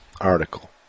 article